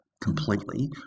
completely